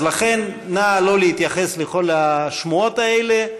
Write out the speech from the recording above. אז לכן, נא לא להתייחס לכל השמועות האלה.